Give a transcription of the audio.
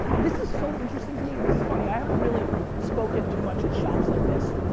this is so interesting to me, and this is funny i haven't really spoken too much at shops like this.